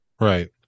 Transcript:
right